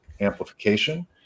amplification